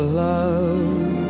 love